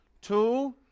Two